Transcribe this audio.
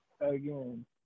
again